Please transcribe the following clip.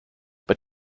but